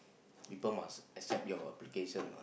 people must accept your application lah